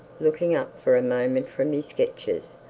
looking up for a moment from his sketches,